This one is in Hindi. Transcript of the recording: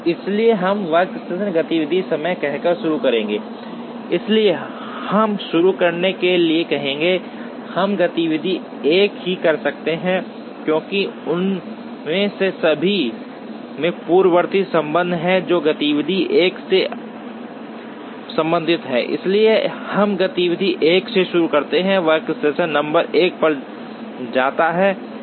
इसलिए हम वर्कस्टेशन गतिविधि समय कहकर शुरू करेंगे इसलिए हम शुरू करने के लिए कहेंगे हम गतिविधि 1 ही कर सकते हैं क्योंकि उनमें से सभी में पूर्ववर्ती संबंध हैं जो गतिविधि 1 से संबंधित हैं इसलिए हम गतिविधि 1 से शुरू करते हैं वर्कस्टेशन नंबर 1 पर जाता है